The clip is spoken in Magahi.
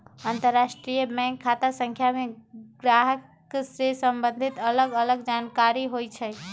अंतरराष्ट्रीय बैंक खता संख्या में गाहक से सम्बंधित अलग अलग जानकारि होइ छइ